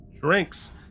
drinks